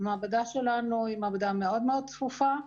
המעבדה שלנו היא מעבדה מאוד צפופה.